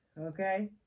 okay